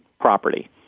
property